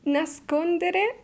nascondere